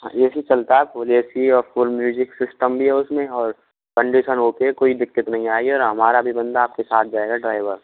हाँ A C चलता है फुल ए सी और फुल म्यूजिक सिस्टम भी है उसमें कन्डिशन ओके है कोई दिक्कत नहीं है आएगी और हमारा भी बांदा आपके साथ जाएगा ड्राइवर